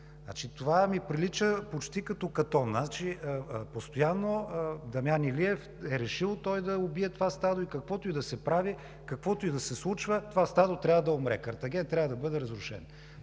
Това ми прилича почти като Катон. Постоянно, Дамян Илиев е решил да убие това стадо и каквото и да се прави, каквото и да се случва, това стадо трябва да умре. Картаген трябва да бъде разрушен.